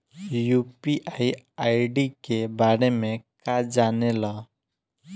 UPI ID के बारे में का जाने ल?